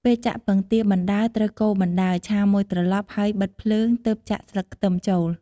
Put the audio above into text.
ពេលចាក់ពងទាបណ្ដើរ ត្រូវកូរបណ្ដើរ ឆាមួយត្រឡប់ហើយបិទភ្លើងទើបចាក់ស្លឹកខ្ទឹមចូល។